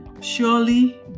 surely